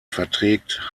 verträgt